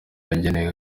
yagenewe